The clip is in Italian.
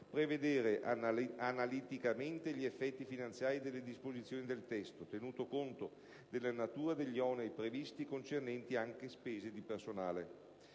prevedere analiticamente gli effetti finanziari delle disposizioni del testo, tenuto conto della natura degli oneri previsti concernenti anche spese di personale.